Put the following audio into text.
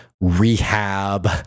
rehab